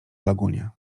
lagunie